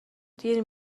دیر